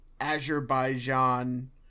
Azerbaijan